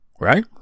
right